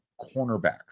cornerbacks